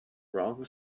wrong